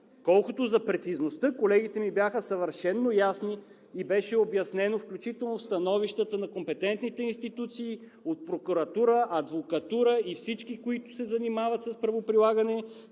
Колкото за прецизността, колегите ми бяха съвършено ясни и беше обяснено, включително в становищата на компетентните институции, от прокуратура, адвокатура и всички, занимаващи се с правоприлагане,